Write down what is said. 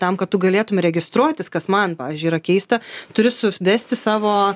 tam kad tu galėtum registruotis kas man pavyzdžiui yra keista turi suvesti savo